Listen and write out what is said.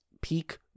peak